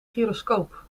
gyroscoop